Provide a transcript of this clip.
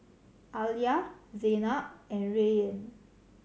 Alya Zaynab and Rayyan